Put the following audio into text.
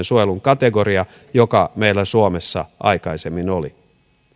suojelun kategoria joka meillä suomessa aikaisemmin oli